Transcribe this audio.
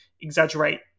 exaggerate